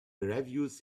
reviews